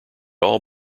all